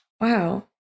Wow